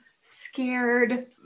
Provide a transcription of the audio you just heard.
scared